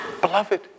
Beloved